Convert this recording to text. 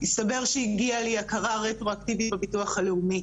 הסתבר שהגיעה לי הכרה רטרואקטיבית בביטוח הלאומי